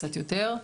קצת יותר,